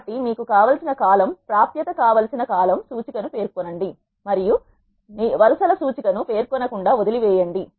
కాబట్టి మీకు కావలసిన కాలమ్ ప్రాప్యత కావలసిన కాలమ్ సూచి కను పేర్కొనండి మరియు వరుస ల సూచిక ను పేర్కొన కుండా వదిలి వేయండి